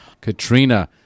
Katrina